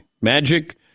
Magic